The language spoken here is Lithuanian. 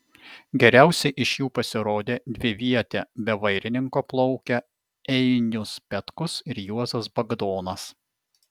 geriausiai iš jų pasirodė dviviete be vairininko plaukę einius petkus ir juozas bagdonas